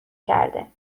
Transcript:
کرده